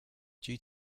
due